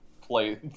play